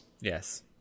Yes